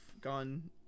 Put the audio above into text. gone